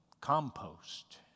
compost